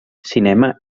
cinema